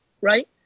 right